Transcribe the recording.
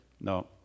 No